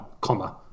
comma